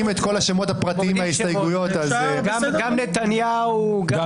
ההסתייגות נפלה.